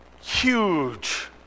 huge